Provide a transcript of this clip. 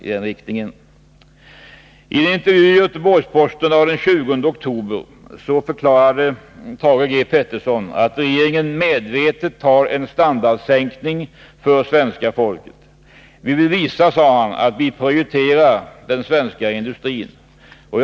I en intervju i Göteborgs-Posten den 20 oktober förklarade statsrådet Thage G. Peterson att regeringen medvetet tar en standardsänkning för svenska folket. ”Vi vill visa att vi prioriterar den svenska industrin”, sade han.